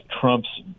Trump's